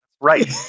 Right